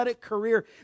career